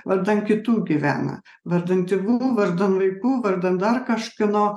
vardan kitų gyvena vardan tėvų vardan vaikų vardan dar kažkieno